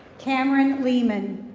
cameron leeman.